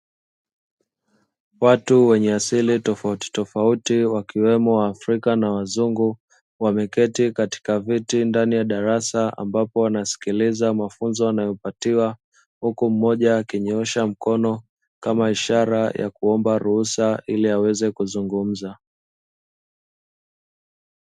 Watu wenye asili tofautitofauti wakiwemo waafrika na wazungu, wameketi katika viti ndani ya darasa ambapo wanasikiliza mafunzo wanayopatiwa, huku mmoja akinyoosha mkono kama ishara ya kuomba ruhusa ili aweze kuzungumza.